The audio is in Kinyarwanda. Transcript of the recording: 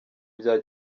bya